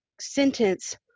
sentence